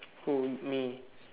who me